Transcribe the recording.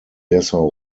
dessau